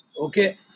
okay